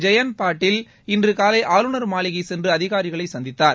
ஜெயன் பாட்டேல் இன்று காலை ஆளுநா் மாளிகை சென்று அதிகாரிகளை சந்தித்தார்